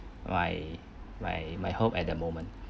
my my my hope at the moment